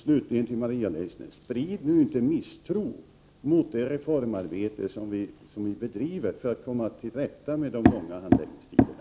Slutligen till Maria Leissner: Sprid nu inte misstro mot det reformarbete som vi bedriver för att komma till rätta med de långa handläggningstiderna!